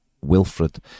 Wilfred